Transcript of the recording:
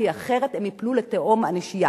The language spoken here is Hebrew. כי אחרת הם ייפלו לתהום הנשייה.